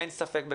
אין ספק בכך.